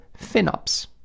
FinOps